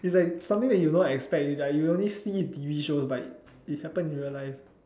it's like something that you don't expect it you only see it on T_V shows but it happen in real life